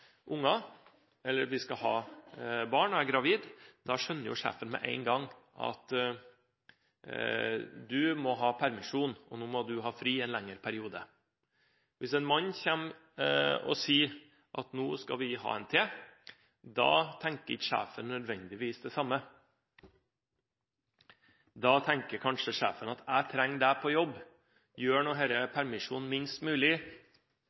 er gravid, da skjønner jo sjefen med en gang at du må ha permisjon; nå må du ha fri i en lengre periode. Hvis en mann kommer og sier at nå skal vi ha en til, da tenker ikke sjefen nødvendigvis det samme. Da tenker kanskje sjefen at jeg trenger deg på jobb, gjør denne permisjonen minst mulig,